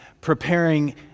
preparing